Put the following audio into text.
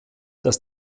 dass